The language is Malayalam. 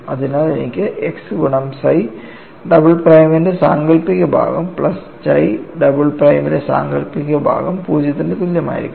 അതിനാൽ എനിക്ക് x ഗുണം psi ഡബിൾ പ്രൈമിന്റെ സാങ്കൽപ്പിക ഭാഗം പ്ലസ് chi ഡബിൾ പ്രൈമിന്റെ സാങ്കൽപ്പിക ഭാഗം 0 ന് തുല്യമായിരിക്കണം